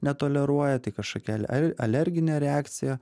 netoleruoja tai kažkokia al al alerginė reakcija